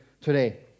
today